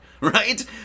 right